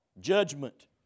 judgment